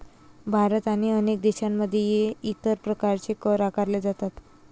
भारत आणि अनेक देशांमध्ये इतर प्रकारचे कर आकारले जातात